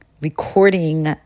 recording